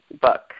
book